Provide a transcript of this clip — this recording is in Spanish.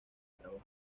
trabajo